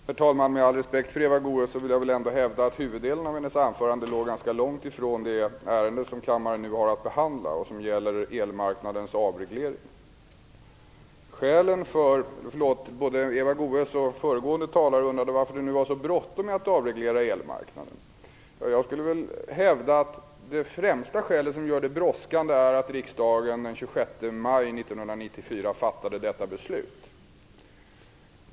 Herr talman! Med all respekt för Eva Goës vill jag ändå hävda att huvuddelen av hennes anförande låg ganska långt från det ärende som kammaren nu har att behandla, dvs. avreglering av elmarknaden. Både Eva Goës och föregående talare undrade varför det nu är så bråttom med att avreglera elmarknaden. Jag hävdar att det främsta skälet till att det är brådskande är att riksdagen den 26 maj 1994 fattade detta beslut.